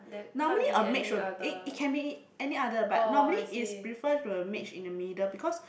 normally a mage will eh it can be any other but normally is prefer to a mage in the middle because